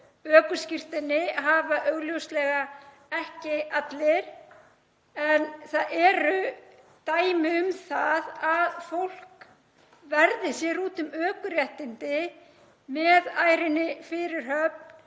Ökuskírteini hafa augljóslega ekki allir. En það eru dæmi um að fólk verði sér úti um ökuréttindi með ærinni fyrirhöfn